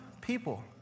people